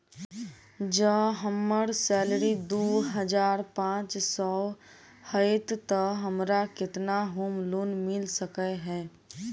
जँ हम्मर सैलरी दु हजार पांच सै हएत तऽ हमरा केतना होम लोन मिल सकै है?